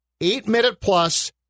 eight-minute-plus